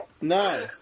No